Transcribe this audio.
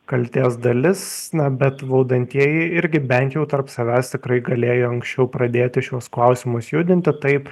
kaltės dalis na bet valdantieji irgi bent jau tarp savęs tikrai galėjo anksčiau pradėti šiuos klausimus judinti taip